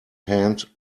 hand